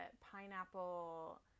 pineapple